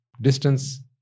distance